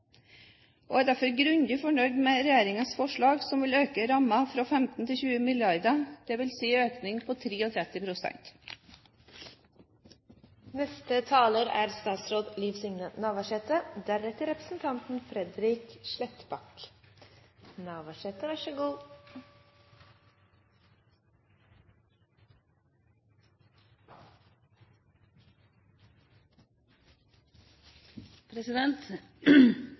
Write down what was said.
og er derfor grundig fornøyd med regjeringens forslag, som vil øke rammen fra 15 til 20 mrd. kr, dvs. en økning på 33 pst. Regjeringas mål er